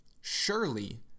surely